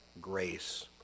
grace